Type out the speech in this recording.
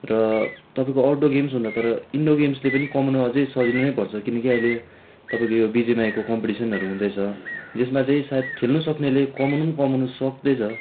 र तपाईँको आउटडोर गेम्सभन्दा तर इन्डोर गेम्सले पनि कमाउनु अझै सजिलो नै पर्छ किनकि अहिले तपाईँको यो बिजेएमआईको कम्पिटिसनहरू हुँदैछ जसमा चाहिँ सायद खेल्नु सक्नेले कमाउनु पनि कमाउनु सक्दैछ